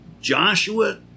Joshua